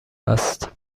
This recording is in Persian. است